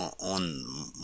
on